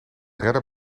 redder